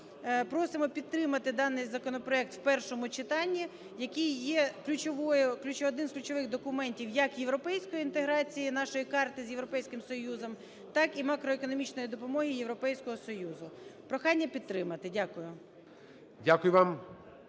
просимо підтримати даний законопроект в першому читанні, який є одним з ключових документів як європейської інтеграції, нашої карти з Європейським Союзом, так і макроекономічної допомоги Європейського Союзу. Прохання підтримати. Дякую. ГОЛОВУЮЧИЙ.